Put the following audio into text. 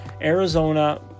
Arizona